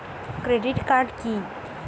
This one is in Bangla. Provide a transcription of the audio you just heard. ক্রেডিট কার্ড কি?